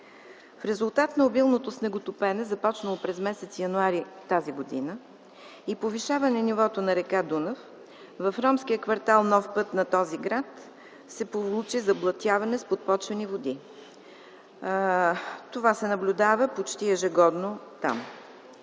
В резултат на обилното снеготопене, започнало през м. януари тази година, и повишаване нивото на р. Дунав в ромския квартал „Нов път” на този град се получи заблатяване с подпочвени води. Това се наблюдава почти ежегодно там